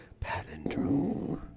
Palindrome